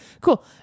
cool